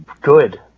good